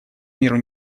миру